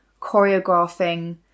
choreographing